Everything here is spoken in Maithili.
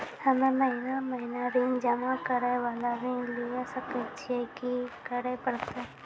हम्मे महीना महीना ऋण जमा करे वाला ऋण लिये सकय छियै, की करे परतै?